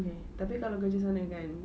okay tapi kalau kerja sana kan